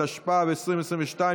התשפ"ב 2022,